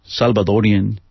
Salvadorian